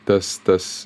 tas tas